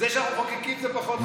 זה שאנחנו מחוקקים זה פחות חשוב.